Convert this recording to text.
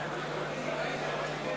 אני מודיע כי הסתייגות